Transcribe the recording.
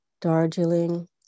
Darjeeling